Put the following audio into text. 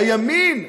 הימין,